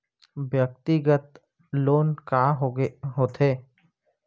व्यक्तिगत लोन का होथे?